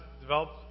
developed